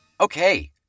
Okay